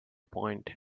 point